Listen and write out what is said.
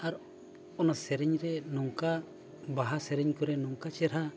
ᱟᱨ ᱚᱱᱟ ᱥᱮᱨᱮᱧ ᱨᱮ ᱱᱚᱝᱠᱟ ᱵᱟᱦᱟ ᱥᱮᱨᱮᱧ ᱠᱚᱨᱮ ᱱᱚᱝᱠᱟ ᱪᱮᱦᱨᱟ